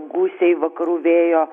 gūsiai vakarų vėjo